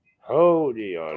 Holy